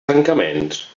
tancaments